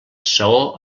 saó